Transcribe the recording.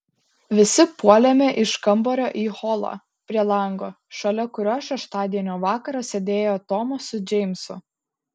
visi puolėme iš kambario į holą prie lango šalia kurio šeštadienio vakarą sėdėjo tomas su džeimsu